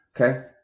Okay